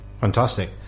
Fantastic